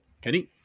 Kenny